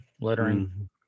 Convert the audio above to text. lettering